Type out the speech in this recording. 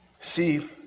See